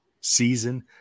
season